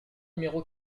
numéro